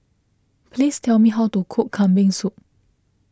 please tell me how to cook Kambing Soup